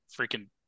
freaking